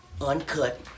Uncut